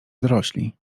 dorośli